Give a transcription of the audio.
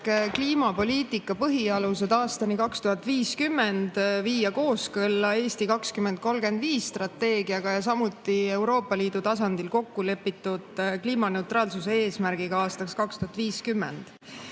"Kliimapoliitika põhialused aastani 2050" kooskõlla [arengu]strateegiaga "Eesti 2035" ja samuti Euroopa Liidu tasandil kokkulepitud kliimaneutraalsuse eesmärgiga aastaks 2050.